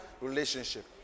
relationship